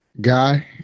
Guy